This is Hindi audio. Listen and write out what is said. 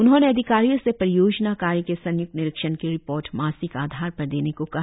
उन्होंने अधिकारियों से परियोजना कार्य के संय्क्त निरीक्षण की रिपोर्ट मासिक आधार पर देने को कहा